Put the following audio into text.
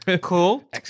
cool